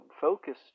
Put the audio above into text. focused